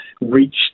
reach